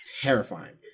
terrifying